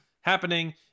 happening